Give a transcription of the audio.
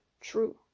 true